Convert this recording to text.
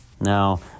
Now